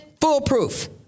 foolproof